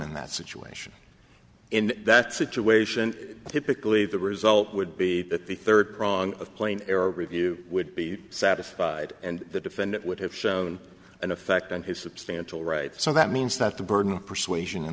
in that situation in that situation typically the result would be that the third prong of plain error review would be satisfied and the defendant would have shown an effect on his substantial rights so that means that the burden of persuasion in